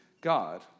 God